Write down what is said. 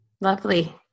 lovely